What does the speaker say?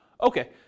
okay